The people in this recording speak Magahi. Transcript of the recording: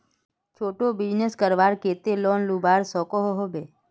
छोटो बिजनेस करवार केते लोन मिलवा सकोहो होबे?